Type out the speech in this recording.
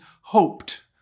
hoped